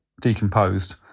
decomposed